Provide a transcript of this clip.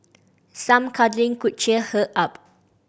some cuddling could cheer her up